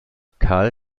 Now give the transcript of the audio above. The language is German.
karl